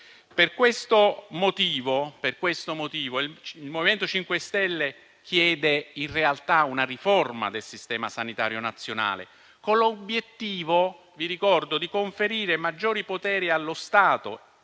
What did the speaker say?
Per questo motivo, il MoVimento 5 Stelle chiede in realtà una riforma del sistema sanitario nazionale, con l'obiettivo - vi ricordo - di conferire maggiori poteri allo Stato